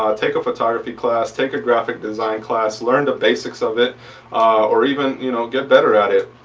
ah take a photography class, take a graphic design class, learn the basics of it or even you know get better at it.